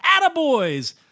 attaboys